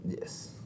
Yes